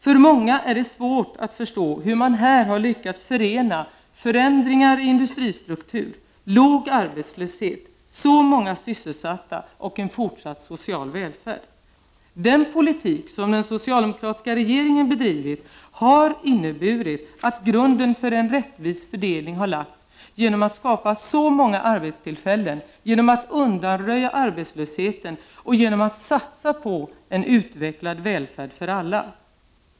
För många är det svårt att förstå hur man här har lyckats förena förändringar i industristruktur, låg arbetslöshet, så många sysselsatta och en fortsatt social välfärd. Den politik som den socialdemokratiska regeringen bedrivit har inneburit att grunden för en rättvis fördelning har lagts genom att vi har skapat så många arbetstillfällen, genom att vi har undanröjt arbetslösheten och genom att vi har satsat på en utvecklad välfärd för alla.